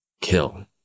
kill